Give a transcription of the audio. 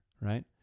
right